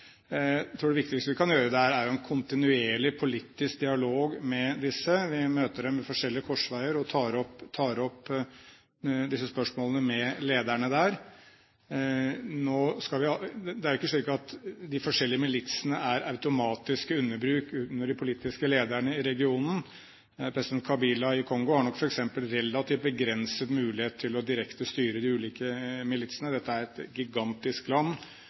Jeg tror det viktigste vi kan gjøre der, er å ha en kontinuerlig, politisk dialog med disse. Vi møter dem ved forskjellige korsveier og tar opp disse spørsmålene med lederne der. Det er jo ikke slik at de forskjellige militsene er automatiske underbruk under de politiske lederne i regionen. President Kabila i Kongo har nok f.eks. relativt begrenset mulighet til direkte å styre de ulike militsene. Dette er et gigantisk land.